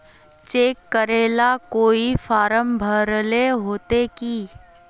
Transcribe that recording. Cheque करेला कोई form भरेले होते की?